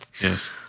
Yes